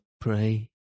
pray